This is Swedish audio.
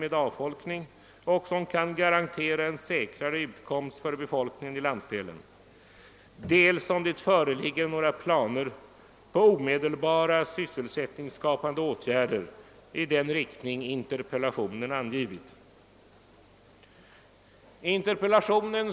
Jag skall inte gå in på alla de olika elementen i låt mig säga det insynssystem som skisseras i proposition 121.